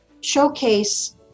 showcase